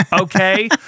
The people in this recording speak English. okay